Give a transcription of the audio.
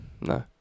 no